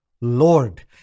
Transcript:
Lord